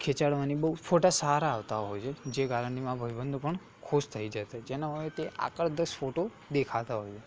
ખેંચાડવાની બહુ ફોટા સારા આવતા હોય છે જે કારણથી મારા ભાઈબંધો પણ ખુશ થઈ જ તે જેના કારણે તે આકર્દશ ફોટો દેખાતા હોય છે